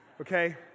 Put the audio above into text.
okay